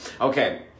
Okay